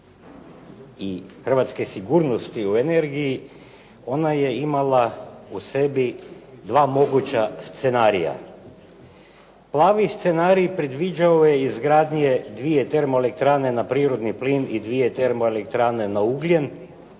i hrvatske sigurnosti u energiji, ona je imala u sebi dva moguća scenarija. Plavi scenarij predviđao je izgradnje dvije termoelektrane na prirodni plin i dvije termoelektrane na ugljen